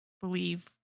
believe